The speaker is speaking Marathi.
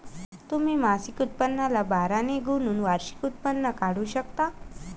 तुम्ही मासिक उत्पन्नाला बारा ने गुणून वार्षिक उत्पन्न काढू शकता